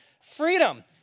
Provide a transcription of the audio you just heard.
freedom